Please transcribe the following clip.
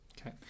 Okay